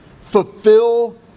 Fulfill